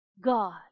god